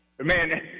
Man